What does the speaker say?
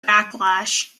backlash